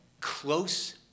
close